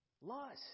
lust